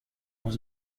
was